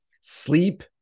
sleep